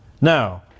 Now